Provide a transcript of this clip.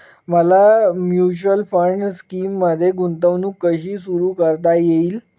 मला mutual fund स्कीममध्ये गुंतवणूक कशी सुरू करता येईल?